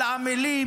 על העמלים,